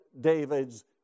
David's